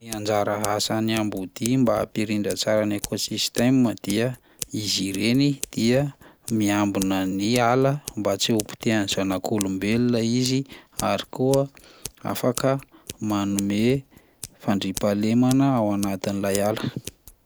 Ny anjara asan'ny amboadia mba hampirindra tsara ny ekosistema dia izy ireny dia miambina ny ala mba tsy ho potehan'ny zanak'olombelona izy ary koa afaka manome fandriam-pahalemana ao anatin'ilay ala.